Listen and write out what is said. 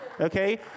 Okay